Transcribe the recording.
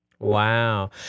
Wow